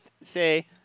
say